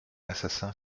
assassin